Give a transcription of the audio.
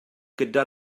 gyda